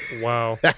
Wow